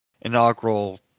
inaugural